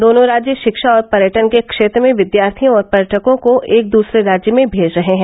दोनों राज्य शिक्षा और पर्यटन के क्षेत्र में विद्यार्थियों और पर्यटकों को एक दसरे राज्य में भेज रहे हैं